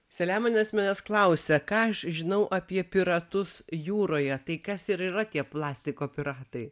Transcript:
saliamonas manęs klausia ką aš žinau apie piratus jūroje tai kas ir yra tie plastiko piratai